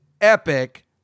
epic